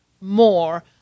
more